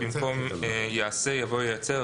במקום "יעשה" יבוא "ייצר".